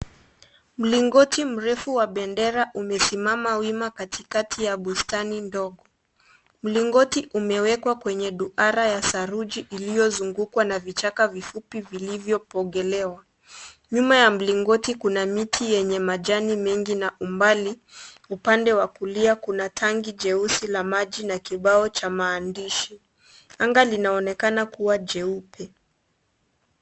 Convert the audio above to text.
Mlingoti mrefu wa bendera umesimama wima katikati ya bustani ndogo. Mlingoti umewekwa kwenye duara ya saruji iliyozungukwa na vichaka vifupi vilivyopogelewa. Nyumaya mlingoti kuna miti yenye majani mengi na umbali, upande wa kulia kuna tanki jeusi la maji na kibao cha maandishi. Anga linaonekana kuwa jeupe.